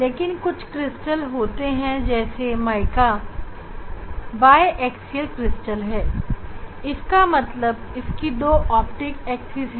लेकिन कुछ क्रिस्टल होते हैं जैसे माइका जो कि बाएक्सियल क्रिस्टल है मतलब इसके दो ऑप्टिक्स एक्सिस है